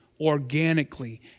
organically